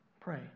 pray